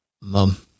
mum